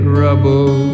rubble